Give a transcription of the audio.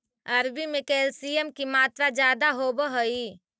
अरबी में कैल्शियम की मात्रा ज्यादा होवअ हई